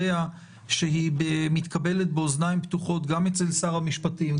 שהיא מתקבלת באוזניים פתוחות גם אצל שר המשפטים,